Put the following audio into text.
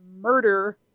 murder